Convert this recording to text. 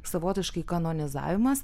savotiškai kanonizavimas